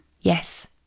Yes